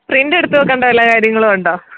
print എടുത്ത് വെക്കേണ്ട വല്ല കാര്യങ്ങളും ഉണ്ടോ